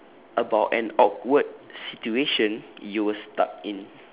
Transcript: about an awkward situation you were stuck in